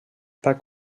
pas